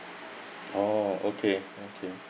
oh okay okay